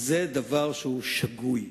זה דבר שהוא שגוי.